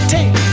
Take